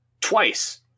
twice